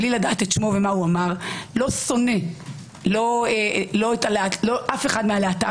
בלי לדעת את שמו ומה אמר לא שונא אף אחד מהלהט"בים.